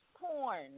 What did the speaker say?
porn